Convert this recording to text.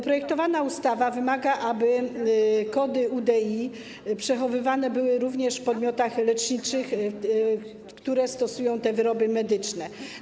Projektowana ustawa wymaga, aby kody UDI przechowywane były w podmiotach leczniczych, które stosują te wyroby medyczne.